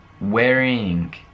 Wearing